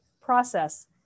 process